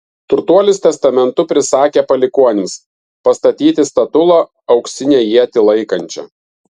turtuolis testamentu prisakė palikuonims pastatyti statulą auksinę ietį laikančią